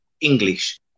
English